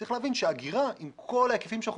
צריך להבין שהאגירה עם כל ההיקפים שאנחנו